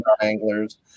anglers